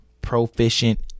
proficient